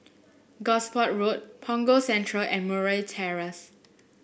Gosport Road Punggol Central and Murray Terrace